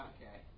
Okay